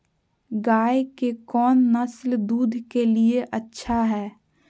गाय के कौन नसल दूध के लिए अच्छा है?